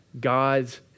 God's